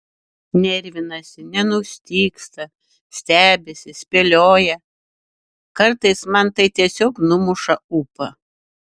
nervinasi nenustygsta stebisi spėlioja kartais man tai tiesiog numuša ūpą